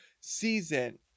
season